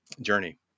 journey